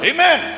Amen